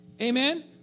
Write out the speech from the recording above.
Amen